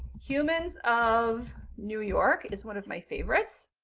humans of new york is one of my favorites.